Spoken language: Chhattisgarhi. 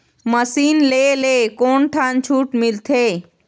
मशीन ले ले कोन ठन छूट मिलथे?